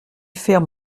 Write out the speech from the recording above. ferme